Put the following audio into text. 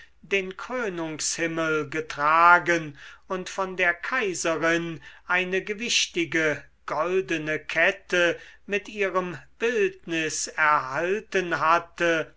den krönungshimmel getragen und von der kaiserin eine gewichtige goldene kette mit ihrem bildnis erhalten hatte